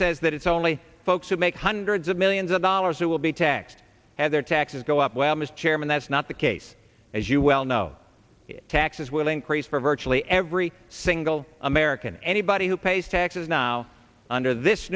says that it's only folks who make hundreds of millions of dollars who will be taxed have their taxes go up well mr chairman that's not the case as you well know taxes will increase for virtually every single american anybody who pays taxes now under this